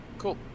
Cool